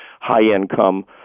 high-income